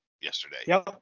yesterday